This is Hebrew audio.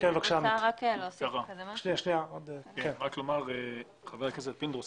אני רוצה לומר לחבר הכנסת פינדרוס